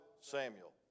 Samuel